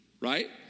right